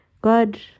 God